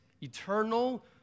eternal